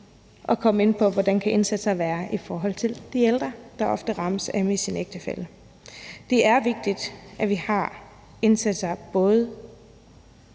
og komme ind på, hvordan indsatser kan se ud i forhold til de ældre, der ofte rammes af at miste en ægtefælle. Det er vigtigt, at vi har indsatser i